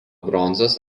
bronzos